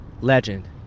Legend